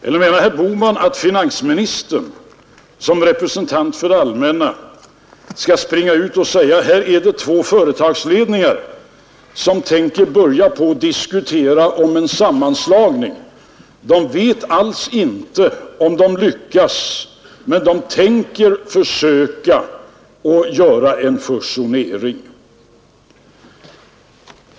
Eller menar herr Bohman att finansministern som representant för det allmänna skall springa ut och tala om att två företagsledningar tänker börja diskutera om en sammanslagning? De vet alls inte om de kommer att lyckas, men de tänker försöka åstadkomma en fusionering.